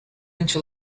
into